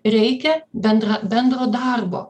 reikia bendro bendro darbo